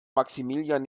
maximilian